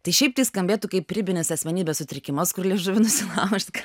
tai šiaip tai skambėtų kaip ribinis asmenybės sutrikimas kur liežuvį nusilaužt